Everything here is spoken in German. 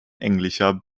englischer